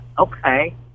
Okay